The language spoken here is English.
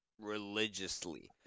religiously